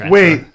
Wait